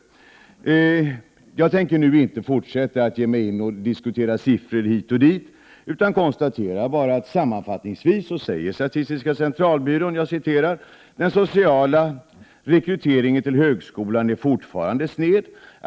Jag tänker nu inte fortsätta att ge mig in i och diskutera siffror hit och dit, utan konstaterar bara att statistiska centralbyrån sammanfattningsvis säger: ”Den sociala rekryteringen till högskolan är fortfarande sned.